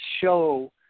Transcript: show